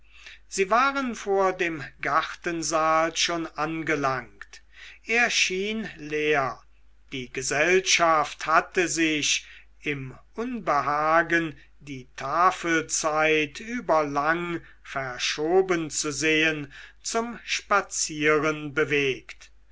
sie waren vor dem gartensaal schon angelangt er schien leer die gesellschaft hatte sich im unbehagen die tafelzeit überlang verschoben zu sehen zum spazieren